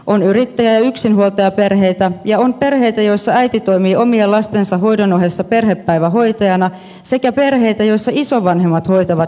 on yrittäjä ja yksinhuoltajaperheitä ja on perheitä joissa äiti toimii omien lastensa hoidon ohessa perhepäivähoitajana sekä perheitä joissa isovanhemmat hoitavat lapsenlapsiaan